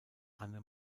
anne